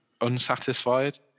unsatisfied